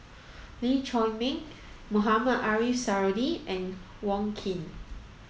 Lee Chiaw Meng Mohamed Ariff Suradi and Wong Keen